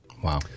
Wow